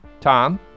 Tom